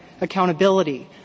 accountability